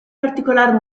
particolar